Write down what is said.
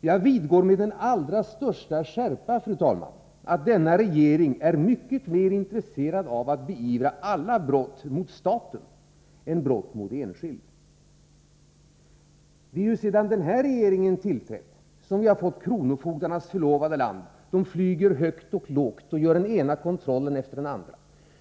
Jag vidhåller med den allra största skärpa, fru talman, att denna regering är mycket mer intresserad av att beivra alla former av brott mot staten än brott mot enskild. Det är ju sedan den här regeringen tillträtt som vi har fått kronofogdarnas förlovade land. De flyger högt och lågt och gör den ena kontrollen efter den andra.